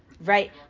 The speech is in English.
right